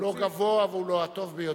הוא לא גבוה, אבל הוא הטוב ביותר.